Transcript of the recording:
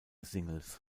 singles